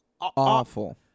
awful